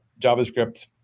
JavaScript